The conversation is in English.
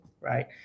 right